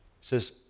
says